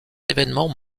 événement